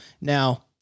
Now